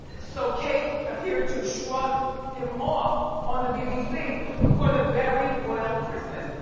so kate appeared to shrug him off on the bbc for the very royal christmas.